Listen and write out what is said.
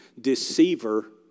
deceiver